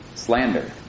slander